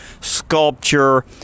Sculpture